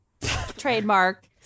Trademark